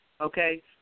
okay